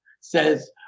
says